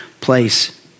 place